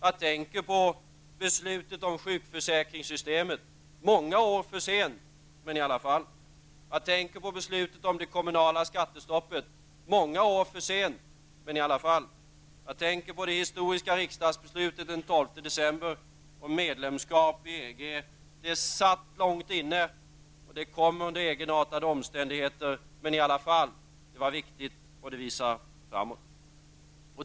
Jag tänker på beslutet om sjukförsäkringssystemet -- många år för sent, men i alla fall. Jag tänker på beslutet om det kommunala skattestoppet -- många år för sent, men i alla fall. Jag tänker på det historiska riksdagsbeslutet den 12 december om medlemskap i EG. Det satt långt inne, och det kom under egenartade omständigheter, men i alla fall -- det var viktigt, och det visar framåt.